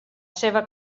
seva